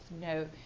no